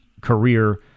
career